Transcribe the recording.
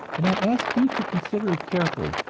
and i ask you to consider it carefully,